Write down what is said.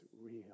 real